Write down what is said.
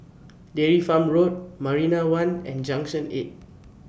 Dairy Farm Road Marina one and Junction eight